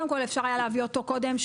אפשר היה להביא אותו שנים קודם.